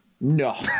No